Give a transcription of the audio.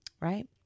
Right